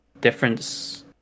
difference